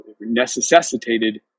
necessitated